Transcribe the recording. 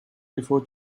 before